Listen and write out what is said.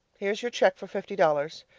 here's your cheque for fifty dollars.